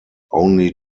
only